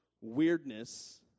weirdness